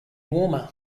warmer